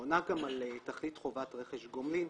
עונה גם על תכלית חובת רכש גומלין,